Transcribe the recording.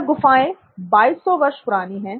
यह गुफाएं 2200 वर्ष पुरानी है